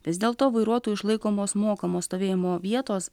vis dėlto vairuotojų išlaikomos mokamos stovėjimo vietos